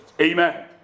amen